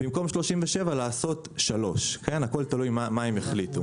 במקום 37 לעשות שלושה; הכל תלוי במה הם יחליטו.